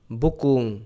bukung